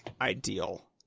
ideal